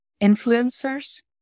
influencers